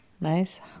Nice